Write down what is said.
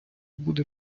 буде